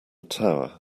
tower